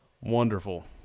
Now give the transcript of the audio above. Wonderful